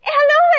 Hello